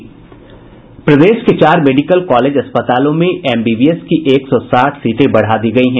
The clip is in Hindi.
प्रदेश के चार मेडिकल कॉलेज अस्पतालों में एमबीबीएम की एक सौ साठ सीटें बढ़ा दी गयी हैं